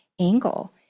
angle